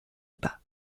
bas